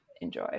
Enjoy